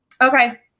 Okay